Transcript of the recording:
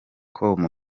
com